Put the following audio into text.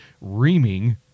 reaming